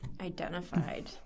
identified